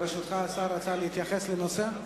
ברשותך, השר רצה להתייחס לנושא.